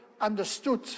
understood